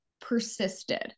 persisted